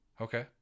Okay